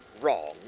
wrong